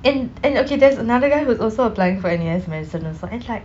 and and okay there's another guy who's also applying for N_U_S medicine also and it's like